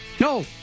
No